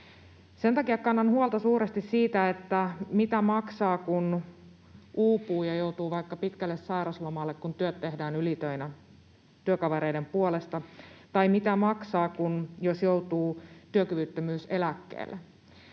Sen takia kannan huolta suuresti siitä, mitä maksaa, kun uupuu ja joutuu vaikka pitkälle sairauslomalle, kun työt tehdään ylitöinä työkavereiden puolesta, tai mitä maksaa, jos joutuu työkyvyttömyyseläkkeelle.